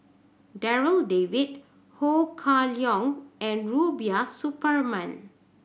Darryl David Ho Kah Leong and Rubiah Suparman